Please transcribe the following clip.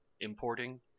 importing